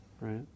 right